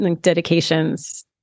dedications